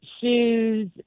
shoes